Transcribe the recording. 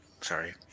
sorry